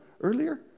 earlier